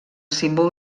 símbol